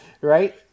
Right